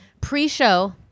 pre-show